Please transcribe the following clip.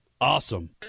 Awesome